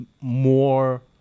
more